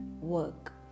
work